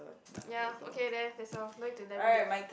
ya okay there that's all no need to elaborate